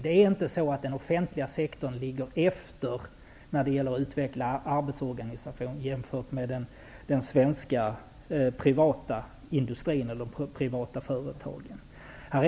Det är inte så att den offentliga sektorn ligger efter när det gäller att utveckla arbetsorganisationen jämfört med den privata svenska industrin eller de privata svenska företagen.